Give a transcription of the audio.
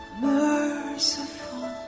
merciful